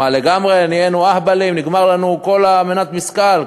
מה, לגמרי נהיינו אהבלים, נגמרה לנו כל מנת המשכל?